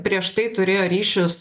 prieš tai turėjo ryšius